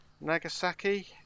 Nagasaki